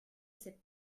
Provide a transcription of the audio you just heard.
cette